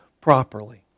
properly